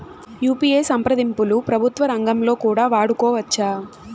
UPI సంప్రదింపులు ప్రభుత్వ రంగంలో కూడా వాడుకోవచ్చా?